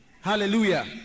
Hallelujah